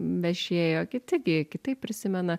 vešėjo kiti gi kitaip prisimena